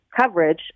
coverage